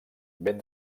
ben